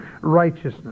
righteousness